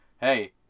Hey